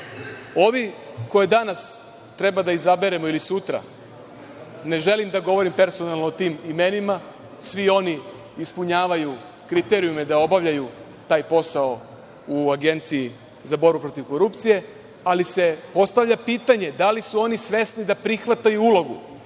koje danas treba da izaberemo ili sutra, ne želim da govorim personalno o tim imenima, svi oni ispunjavaju kriterijume da obavljaju taj posao u Agenciji za borbu protiv korupcije, ali se postavlja pitanje - da li su oni svesni da prihvataju ulogu